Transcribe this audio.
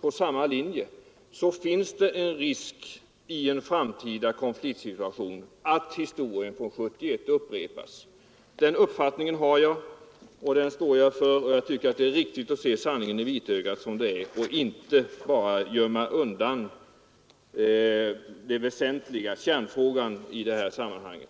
på samma linje finns det i en framtida konfliktsituation risk för att situationen från 1971 upprepas. Den uppfattningen har jag, och den står jag för. Jag tycker att det är riktigt att se sanningen i vitögat och inte bara gömma undan kärnfrågan i detta sammanhang.